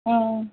ஆ ஆ